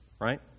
right